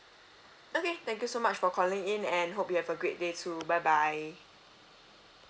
okay thank you so much for calling in and hope you have a great day too bye bye